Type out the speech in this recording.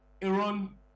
Iran